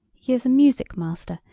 he is a music master,